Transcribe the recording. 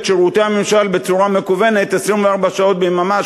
שירותי הממשל בצורה מקוונת 24 שעות ביממה,